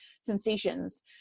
sensations